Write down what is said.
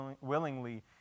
willingly